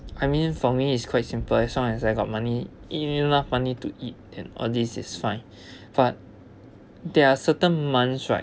I mean for me is quite simple as long as I got money enough money to eat and all this is fine but there are certain months right